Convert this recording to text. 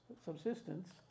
subsistence